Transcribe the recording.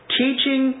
teaching